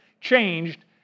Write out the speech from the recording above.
changed